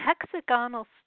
hexagonal